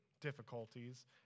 difficulties